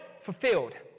Fulfilled